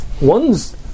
One's